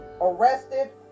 arrested